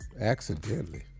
Accidentally